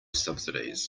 subsidies